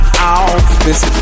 office